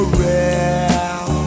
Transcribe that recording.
real